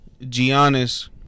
giannis